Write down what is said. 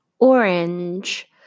Orange